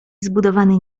zbudowany